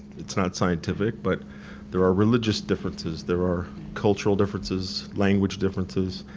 it's not scientific, but there are religious differences, there are cultural differences, language differences,